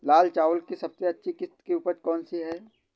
लाल चावल की सबसे अच्छी किश्त की उपज कौन सी है?